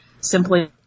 Simply